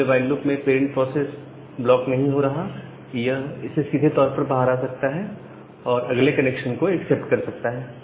दूसरे while loop में parent process block नहीं हो रहा है यह इससे सीधे तौर पर बाहर आ सकता है और अगले कनेक्शन को एक्सेप्ट कर सकता है